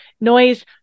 Noise